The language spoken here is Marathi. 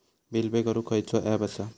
बिल पे करूक खैचो ऍप असा?